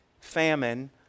famine